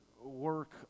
work